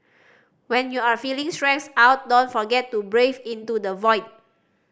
when you are feeling stressed out don't forget to breathe into the void